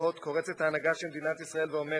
קורצת ההנהגה של מדינת ישראל ואומרת: